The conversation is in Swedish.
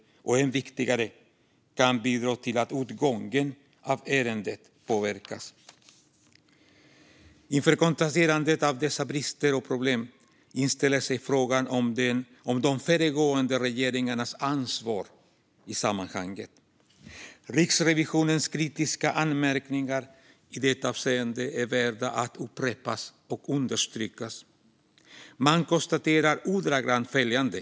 Och än viktigare: De kan bidra till att utgången av ärendet påverkas. Inför konstaterandet av dessa brister och problem inställer sig frågan om de föregående regeringarnas ansvar i sammanhanget. Riksrevisionens kritiska anmärkningar i detta avseende är värda att upprepas och understrykas. Riksrevisionen konstaterar ordagrant följande.